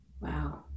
Wow